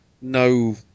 no